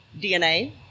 DNA